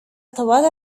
طوال